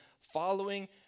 following